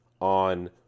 on